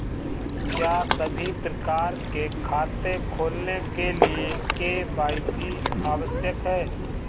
क्या सभी प्रकार के खाते खोलने के लिए के.वाई.सी आवश्यक है?